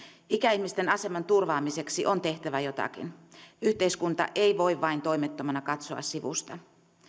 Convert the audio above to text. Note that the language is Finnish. ikäihmisten aseman turvaamiseksi on tehtävä jotakin yhteiskunta ei voi vain toimettomana katsoa sivusta